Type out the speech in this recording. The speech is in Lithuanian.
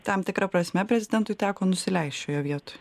tam tikra prasme prezidentui teko nusileist šioje vietoj